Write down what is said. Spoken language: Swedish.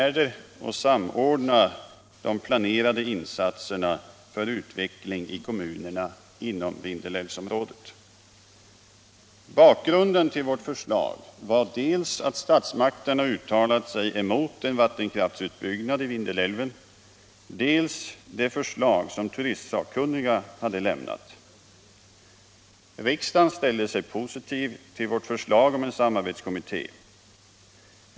Riksdagen ställde sig positiv till vårt förslag om en samarbetskommitté.